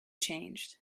changed